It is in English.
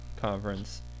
conference